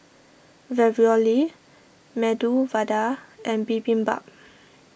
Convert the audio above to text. Ravioli Medu Vada and Bibimbap